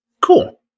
Cool